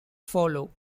follow